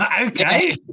okay